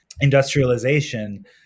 industrialization